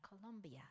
Colombia